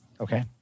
Okay